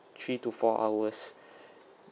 three to four hours